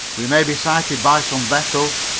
we may be sighted by some vessel,